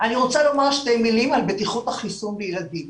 אני רוצה לומר שתי מילים על בטיחות החיסון בילדים.